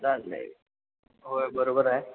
जात नाही होय बरोबर आहे